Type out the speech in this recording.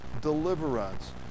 deliverance